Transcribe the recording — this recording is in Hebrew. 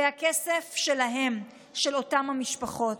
זה כסף שלהן, של אותן המשפחות.